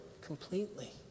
completely